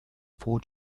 four